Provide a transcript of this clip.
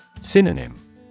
Synonym